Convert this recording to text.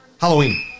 Halloween